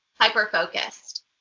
hyper-focused